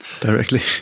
directly